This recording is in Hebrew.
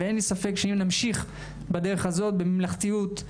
אין לי ספק שאם נמשיך בדרך הזאת, בממלכתיות,